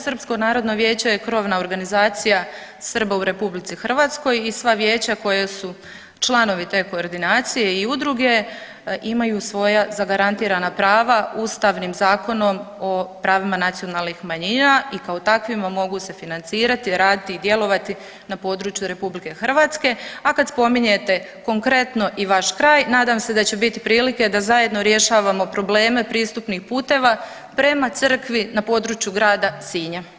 Srpsko narodno vijeće je krovna organizacija Srba u RH i sva vijeća koja su članovi te koordinacije i udruge imaju svoja zagarantirana prava Ustavnim zakonom o pravima nacionalnih manjina i kao takvi mogu se financirati, raditi i djelovati na području RH, a kad spominjete konkretno i vaš kraj nadam se da će biti prilike da zajedno rješavamo probleme pristupnih puteva prema crkvi na području grada Sinja.